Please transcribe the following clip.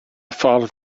ffordd